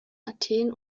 athen